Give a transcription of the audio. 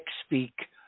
speak